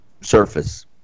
surface